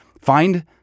find